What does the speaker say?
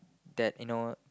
that you know